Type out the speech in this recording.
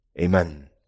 Amen